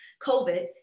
covid